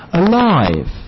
alive